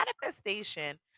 manifestation